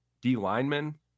D-Lineman